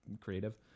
creative